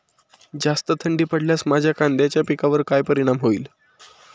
जास्त थंडी पडल्यास माझ्या कांद्याच्या पिकावर काय परिणाम होईल?